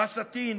ראס א-תין,